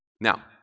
Now